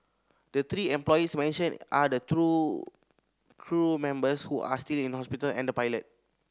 the three employees mentioned are the two crew members who are still in hospital and the pilot